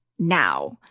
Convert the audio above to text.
Now